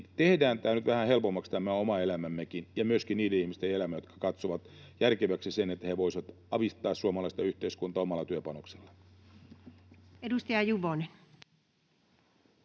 tehdään tämä nyt vähän helpommaksi, tämä oma elämämme ja myöskin niiden ihmisten elämä, jotka katsovat järkeväksi sen, että he voisivat avittaa suomalaista yhteiskuntaa omalla työpanoksellaan. Edustaja Juvonen.